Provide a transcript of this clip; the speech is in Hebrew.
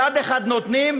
מצד אחד נותנים,